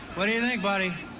when you think buddy.